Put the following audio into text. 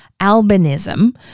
albinism